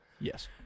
Yes